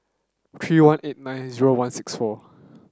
three one eight nine zero one six four